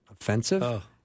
offensive